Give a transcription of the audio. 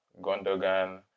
Gondogan